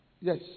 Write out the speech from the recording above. Yes